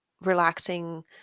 relaxing